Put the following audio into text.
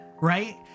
Right